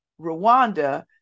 rwanda